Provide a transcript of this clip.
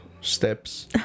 steps